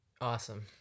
Awesome